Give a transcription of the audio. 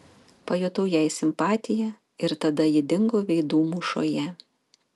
pajutau jai simpatiją ir tada ji dingo veidų mūšoje